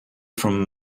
from